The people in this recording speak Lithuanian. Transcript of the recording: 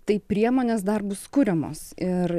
tai priemonės dar bus kuriamos ir